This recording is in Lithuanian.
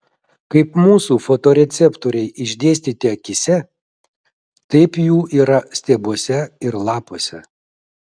kaip mūsų fotoreceptoriai išdėstyti akyse taip jų yra stiebuose ir lapuose